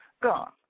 gone